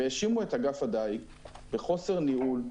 והאשימו את אגף הדייג בחוסר ניהול,